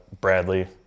Bradley